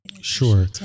sure